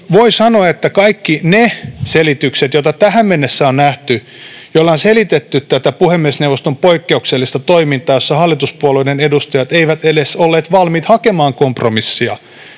Voi sanoa, että kaikki ne selitykset, jotka tähän mennessä on nähty, joilla on selitetty tätä puhemiesneuvoston poikkeuksellista toimintaa, jossa hallituspuolueiden edustajat eivät olleet valmiit edes hakemaan kompromissia,